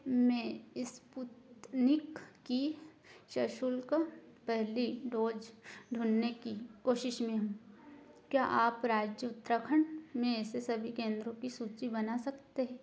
मैं स्पुतनिक की सशुल्क पहली डोज़ ढूँढने की कोशिश में हूँ क्या आप राज्य उत्तराखंड में ऐसे सभी केंद्रों की सूची बना सकते हैं